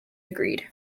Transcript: agreed